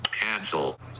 Cancel